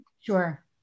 sure